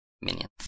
minions